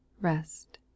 rest